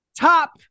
top